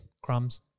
crumbs